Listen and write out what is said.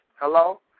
Hello